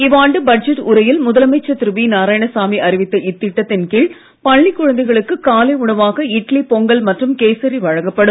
இவ்வாண்டு பட்ஜெட் உரையில் முதலமைச்சர் திரு வி நாராயணசாமி அறிவித்த இத்திட்டத்தின் கீழ் பள்ளிக் குழந்தைகளுக்கு காலை உணவாக இட்லி பொங்கல் மற்றும் கேசரி வழங்கப்படும்